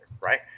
right